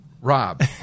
Rob